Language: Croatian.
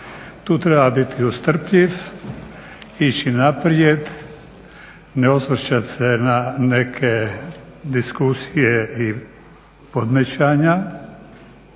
Tu treba biti strpljiv, ići naprijed, ne osvrtati se na neke diskusije i podmečanja.